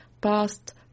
past